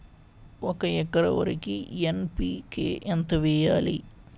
ఒక ఎకర వరికి ఎన్.పి కే ఎంత వేయాలి?